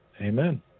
Amen